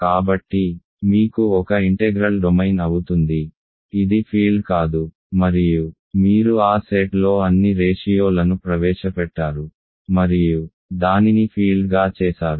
కాబట్టి మీకు ఒక ఇంటెగ్రల్ డొమైన్ అవుతుంది ఇది ఫీల్డ్ కాదు మరియు మీరు ఆ సెట్లో అన్ని రేషియో లను ప్రవేశపెట్టారు మరియు దానిని ఫీల్డ్గా చేసారు